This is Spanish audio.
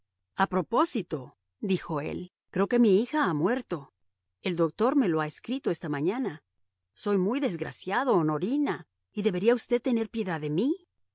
a corfú a propósito dijo él creo que mi hija ha muerto el doctor me lo ha escrito esta mañana soy muy desgraciado honorina y debería usted tener piedad de mí